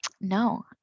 no